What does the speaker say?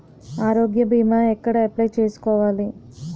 ఆరోగ్య భీమా ఎక్కడ అప్లయ్ చేసుకోవాలి?